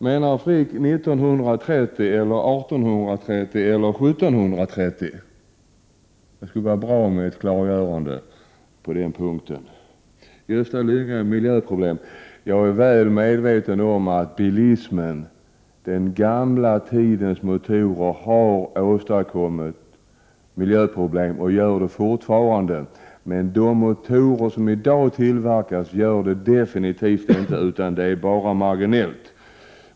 Menar Carl Frick 1930, 1830 eller 1730? Det skulle vara bra att få ett klargörande på den punkten. Till Gösta Lyngå vill jag säga att när det gäller miljöproblem så är jag väl medveten om att bilismen och den gamla tidens motorer har åstadkommit och fortfarande åstadkommer miljöproblem. Men de motorer som tillverkas i dag gör det definitivt inte annat än marginellt.